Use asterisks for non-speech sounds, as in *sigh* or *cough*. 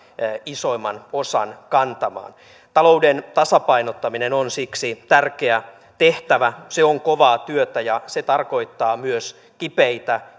isoimman osan kantamaan talouden tasapainottaminen on siksi tärkeä tehtävä se on kovaa työtä ja se tarkoittaa myös kipeitä *unintelligible*